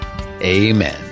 Amen